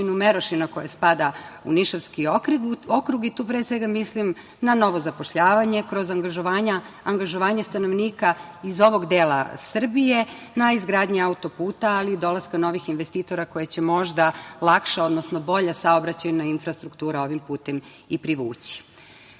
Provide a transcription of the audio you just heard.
Merošina koja spada u Nišavski okrug i tu pre svega mislim na novo zapošljavanje kroz angažovanje stanovnika iz ovog dela Srbije na izgradnji autoputa, ali i zbog dolaska novih investitora koji će možda lakše, odnosno bolja saobraćajna infrastruktura ovim putem i privući. Posle